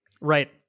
Right